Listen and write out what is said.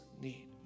need